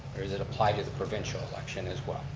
or is it applied to the provincial election as well?